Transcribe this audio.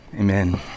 Amen